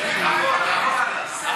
זה עוד לא